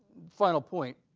final point,